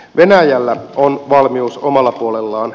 venäjällä on valmius omalla puolellaan